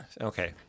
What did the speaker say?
okay